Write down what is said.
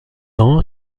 ans